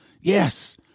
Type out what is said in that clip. yes